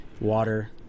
water